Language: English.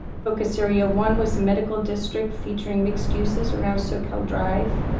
focus area one was a medical district featuring mixed uses around socal drive,